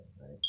right